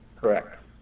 Correct